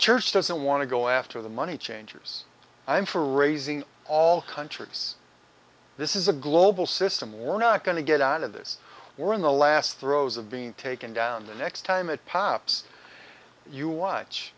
church doesn't want to go after the money changers i'm for raising all countries this is a global system we're not going to get out of this we're in the last throes of being taken down the next time it pops you watch